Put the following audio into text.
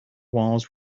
walls